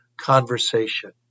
conversation